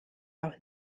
auch